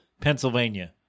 Pennsylvania